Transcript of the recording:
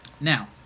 now